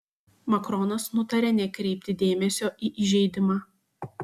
makronas nutarė nekreipti dėmesio į įžeidimą